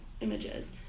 images